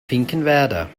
finkenwerder